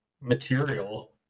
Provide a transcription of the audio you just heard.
material